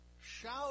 shout